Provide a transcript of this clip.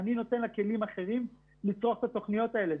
היא תקבל כלים אחרים לפתוח את התכניות האלו.